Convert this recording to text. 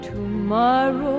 Tomorrow